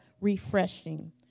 refreshing